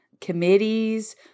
committees